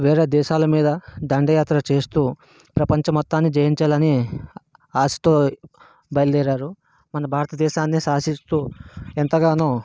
వేరే దేశల మీద దండయాత్ర చేస్తూ ప్రపంచ మొత్తాన్ని జయించాలని ఆశతో బయలుదేరారు మన భారత దేశాన్నే శాసిస్తూ ఎంతగానో